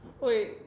Wait